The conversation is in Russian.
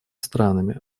странами